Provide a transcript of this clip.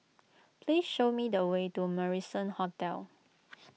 please show me the way to Marrison Hotel